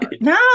no